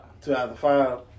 2005